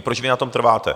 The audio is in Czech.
Proč vy na tom trváte?